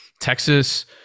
Texas